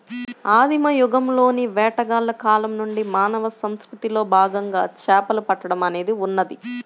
ఆదిమ యుగంలోని వేటగాళ్ల కాలం నుండి మానవ సంస్కృతిలో భాగంగా చేపలు పట్టడం అనేది ఉన్నది